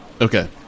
Okay